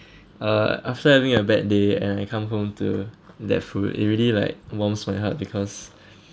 uh after having a bad day and I come home to that food it really like warms my heart because